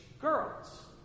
girls